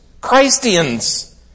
Christians